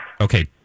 okay